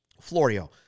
Florio